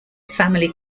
family